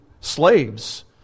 slaves